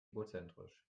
egozentrisch